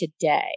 today